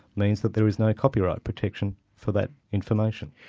means that there is no copyright protection for that information.